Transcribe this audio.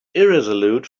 irresolute